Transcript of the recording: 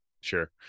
Sure